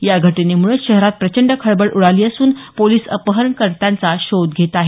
या घटनेमुळे शहरात प्रचंड खळबळ उडाली असून पोलिस अपहरणकर्त्यांचा शोध घेत आहेत